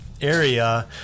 area